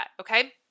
okay